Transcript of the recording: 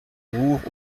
roure